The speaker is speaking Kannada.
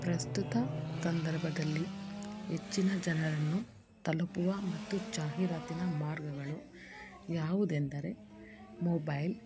ಪ್ರಸ್ತುತ ಸಂದರ್ಭದಲ್ಲಿ ಹೆಚ್ಚಿನ ಜನರನ್ನು ತಲುಪುವ ಮತ್ತು ಜಾಹೀರಾತಿನ ಮಾರ್ಗಗಳು ಯಾವುದೆಂದರೆ ಮೊಬೈಲ್